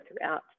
throughout